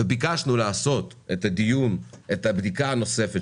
ביקשנו לעשות בדיקה נוספת